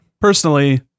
Personally